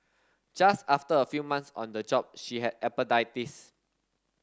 just after a few months on the job she had appendicitis